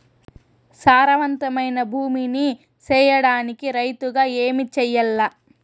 సారవంతమైన భూమి నీ సేయడానికి రైతుగా ఏమి చెయల్ల?